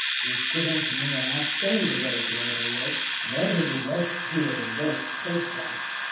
you give em to me, and i'll show you the way to where they live and they'll give you roast deer and roast pig p'raps,